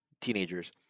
teenagers